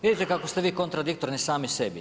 Vidite kako ste vi kontradiktorni sami sebi.